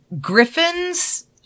Griffin's